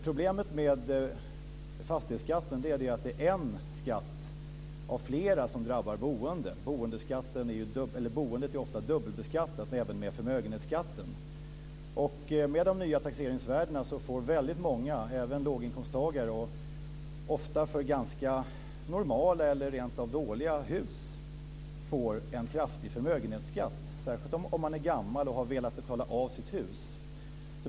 Problemet med fastighetsskatten är att det är en skatt av flera som drabbar boendet. Boendet är ofta dubbelbeskattat eftersom det påverkar också förmögenhetsskatten. Med de nya taxeringsvärdena får väldigt många fastighetsägare - och även låginkomsttagare - ofta för normala och rentav dåliga hus en kraftig förmögenhetsskatt, särskilt om man är gammal och har velat betala av på sitt hus.